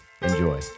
Enjoy